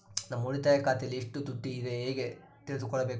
ನಮ್ಮ ಉಳಿತಾಯ ಖಾತೆಯಲ್ಲಿ ಎಷ್ಟು ದುಡ್ಡು ಇದೆ ಹೇಗೆ ತಿಳಿದುಕೊಳ್ಳಬೇಕು?